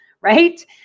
right